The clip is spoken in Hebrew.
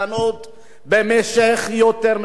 במשך יותר מ-30 שנה.